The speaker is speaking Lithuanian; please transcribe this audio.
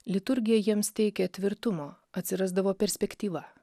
liturgija jiems teikė tvirtumo atsirasdavo perspektyva